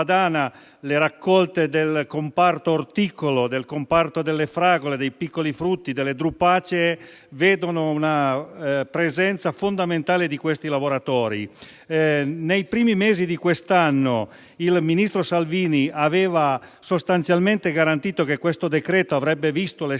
le raccolte del comparto orticolo, del comparto delle fragole, dei piccoli frutti, delle drupacee vedono una presenza fondamentale di questi lavoratori. Nei primi mesi di quest'anno il ministro Salvini aveva sostanzialmente garantito che questo decreto avrebbe visto le stesse quote